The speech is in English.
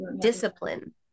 discipline